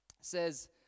says